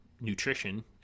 nutrition